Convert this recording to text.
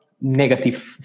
negative